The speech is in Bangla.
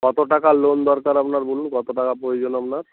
কত টাকার লোন দরকার আপনার বলুন কত টাকা প্রয়োজন আপনার